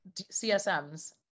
CSMs